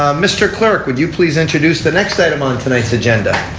ah mr. clerk would you please introduce the next item on tonight's agenda.